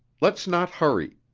let's not hurry.